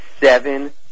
seven